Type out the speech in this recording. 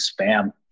spam